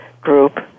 group